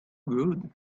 good